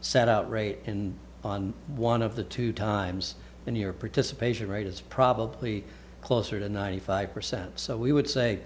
set out rate and on one of the two times in your participation rate it's probably closer to ninety five percent so we would say